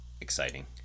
exciting